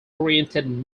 oriented